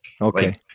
Okay